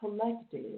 collective